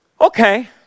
okay